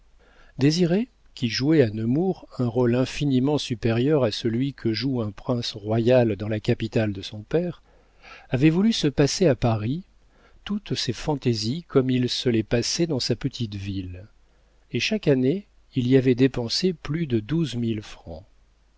désiré qui jouait à nemours un rôle infiniment supérieur à celui que joue un prince royal dans la capitale de son père avait voulu se passer à paris toutes ses fantaisies comme il se les passait dans sa petite ville et chaque année il y avait dépensé plus de douze mille francs